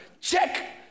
Check